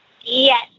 Yes